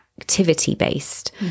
activity-based